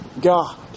God